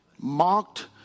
mocked